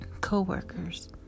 co-workers